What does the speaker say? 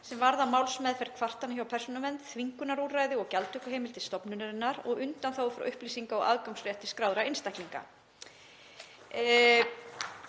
sem varða málsmeðferð kvartana hjá Persónuvernd, þvingunarúrræði og gjaldtökuheimild stofnunarinnar og undanþágur frá upplýsinga- og aðgangsrétti skráðra einstaklinga.